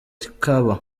ikaba